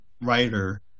writer